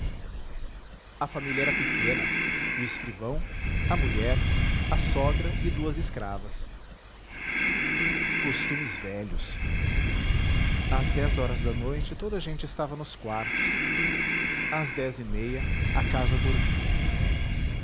a família era pequena o escrivão a mulher a sogra e duas escravas costumes velhos às dez horas da noite toda a gente estava nos quartos às dez e meia a casa dormia